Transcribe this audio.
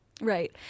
Right